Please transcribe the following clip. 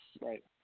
Right